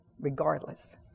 regardless